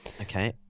okay